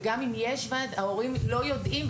ההורים לא יודעים,